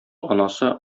анасы